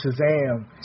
Shazam